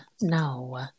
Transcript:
No